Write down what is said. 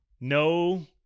no